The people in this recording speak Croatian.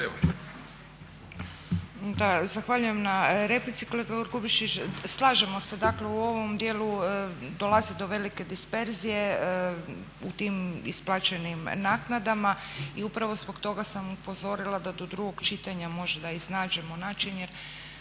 zahvaljujem na replici kolega Grubišić. Slažemo se, dakle u ovom dijelu dolazi do velike disperzije u tim isplaćenim naknadama i upravo zbog toga sam upozorila da do drugog čitanja možda da iznađemo način, jer